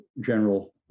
General